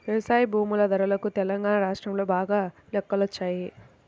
వ్యవసాయ భూముల ధరలకు తెలంగాణా రాష్ట్రంలో బాగా రెక్కలొచ్చాయి